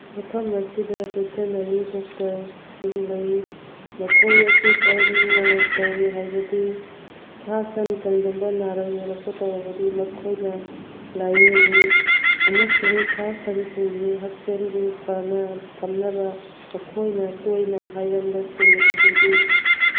ꯃꯐꯝ ꯑꯁꯤꯗ ꯕꯦꯇꯅꯔꯤ ꯗꯣꯛꯇꯔꯁꯤꯡ ꯂꯩ ꯃꯈꯣꯏ ꯑꯁꯤ ꯀꯔꯝꯅ ꯇꯧꯏ ꯍꯥꯏꯕꯗꯤ ꯁꯥ ꯁꯟ ꯀꯔꯤꯒꯨꯝꯕ ꯅꯥꯔꯛ ꯌꯦꯛꯂꯛꯄ ꯇꯧꯔꯕꯗꯤ ꯃꯈꯣꯏꯅ ꯂꯥꯏꯌꯦꯡꯉꯤ ꯑꯃꯁꯨꯡ ꯁꯥ ꯁꯟꯁꯤꯡꯒꯤ ꯍꯛꯁꯦꯜꯒꯤ ꯐꯅ ꯊꯝꯅꯕ ꯃꯈꯣꯏꯅ ꯇꯣꯏꯅ ꯍꯥꯏꯒꯟꯕꯁꯤꯡ ꯑꯗꯨꯗꯤ